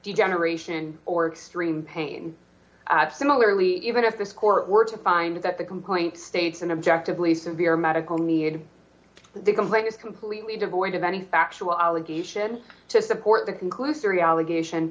generation or extreme pain similarly even if this court were to find that the complaint states and objectively severe medical need the complaint is completely devoid of any factual allegation to support the conclusory allegation